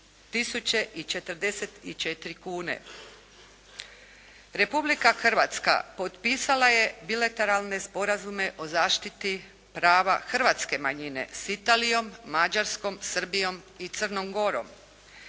i 44 kune. Republika Hrvatska potpisala je bilateralne sporazume o zaštiti prava hrvatske manjine sa Italijom, Mađarskom, Srbijom i Crnom Gorom